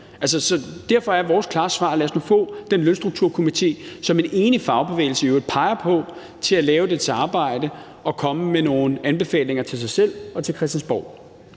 derfor er vores klare svar: Lad os nu få den lønstrukturkomité, som en enig fagbevægelse i øvrigt peger på, til at lave sit arbejde og komme med nogle anbefalinger til fagbevægelsen og til Christiansborg.